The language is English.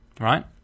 Right